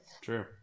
True